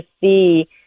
see